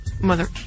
mother